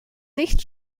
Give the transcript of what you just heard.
nicht